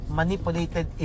manipulated